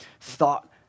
thought